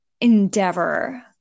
endeavor